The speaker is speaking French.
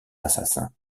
assassin